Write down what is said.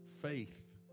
faith